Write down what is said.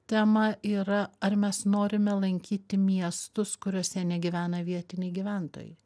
tema yra ar mes norime lankyti miestus kuriuose negyvena vietiniai gyventojai